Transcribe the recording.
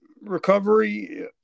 Recovery